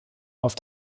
auf